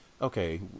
okay